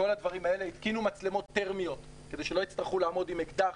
התקינו מצלמות תרמיות כדי שלא יצטרכו לעמוד עם אקדח,